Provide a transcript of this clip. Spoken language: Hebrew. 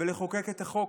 ולחוקק את החוק